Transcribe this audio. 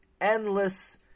endless